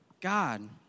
God